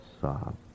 sob